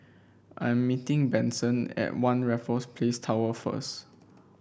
I'm meeting Benson at One Raffles Place Tower first